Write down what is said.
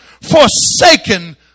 forsaken